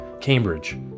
Cambridge